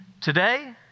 today